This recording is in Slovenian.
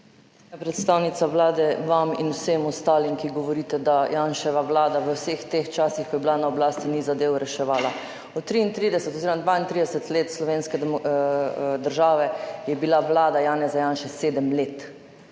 Predstavnica Vlade, vam in vsem ostalim, ki govorite, da Janševa vlada v vseh teh časih, ko je bila na oblasti, ni zadev reševala. Od 33 oziroma 32 let slovenske države je bila Vlada Janeza Janše sedem let,